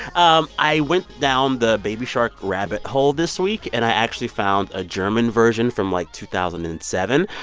um i went down the baby shark rabbit hole this week and i actually found a german version from, like, two thousand and seven.